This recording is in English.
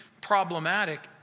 problematic